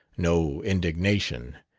no indignation,